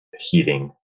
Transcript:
heating